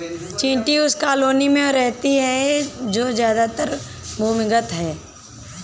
चींटी उस कॉलोनी में रहती है जो ज्यादातर भूमिगत है